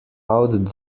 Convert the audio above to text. out